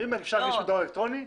אם מגישים בדואר אלקטרוני,